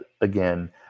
again